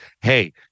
Hey